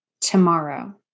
tomorrow